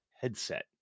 headset